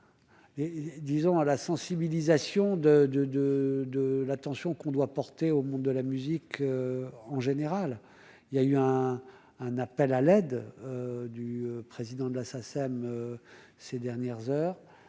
disons à la sensibilisation de, de, de, de l'attention qu'on doit porter au monde de la musique en général il y a eu un, un appel à l'aide du président de la Sacem, ces dernières heures,